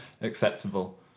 acceptable